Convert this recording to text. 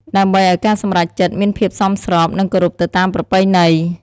ដើម្បីឱ្យការសម្រេចចិត្តមានភាពសមស្រប និងគោរពទៅតាមប្រពៃណី។